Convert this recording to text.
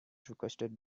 requested